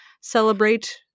celebrate